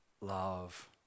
love